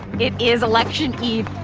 it is election eve.